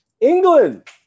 England